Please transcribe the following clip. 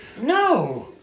No